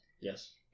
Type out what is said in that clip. Yes